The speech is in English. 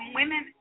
women